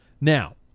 Now